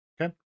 Okay